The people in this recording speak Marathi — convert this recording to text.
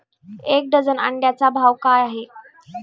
एक डझन अंड्यांचा भाव काय आहे?